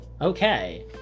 Okay